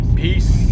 peace